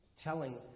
Telling